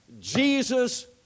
Jesus